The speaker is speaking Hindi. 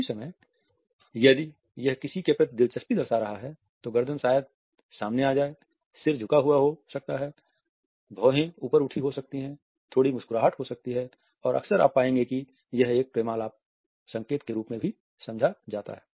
उसी समय यदि यह किसी के प्रति दिलचस्पी दर्शा रहा है तो गर्दन शायद सामने आ जाए सिर झुका हुआ हो सकता है भौहें ऊपर उठी हो सकती हैं थोड़ी मुस्कुराहट हो सकती है और अक्सर आप पाएंगे कि यह एक प्रेमालाप संकेत के रूप में भी समझा जाता है